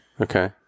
Okay